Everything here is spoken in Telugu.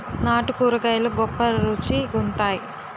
నాటు కూరగాయలు గొప్ప రుచి గుంత్తై